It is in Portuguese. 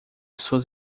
suas